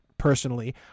personally